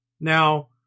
Now